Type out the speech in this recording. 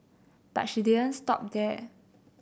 but she didn't stop there